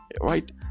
right